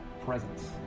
presence